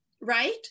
right